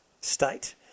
state